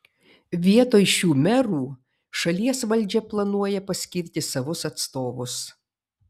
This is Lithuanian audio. vietoj šių merų šalies valdžia planuoja paskirti savus atstovus